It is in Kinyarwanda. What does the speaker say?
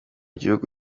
gihugu